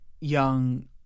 young